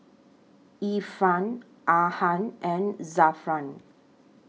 Irfan Ahad and Zafran